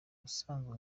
ubusanzwe